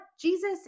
Jesus